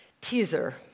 teaser